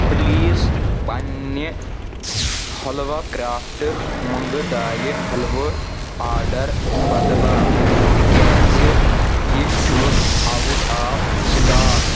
please پننہِ حلوا کرٛافٹہٕ مۄنٛگہٕ دالہِ حٔلوٕ آرڈر بدلاو تِکیٛازِ یہِ چھُ اوٹ آف سٹاک